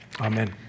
Amen